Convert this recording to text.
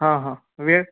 हां हां वेळ